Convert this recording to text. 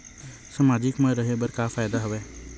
सामाजिक मा रहे बार का फ़ायदा होथे?